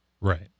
Right